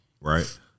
right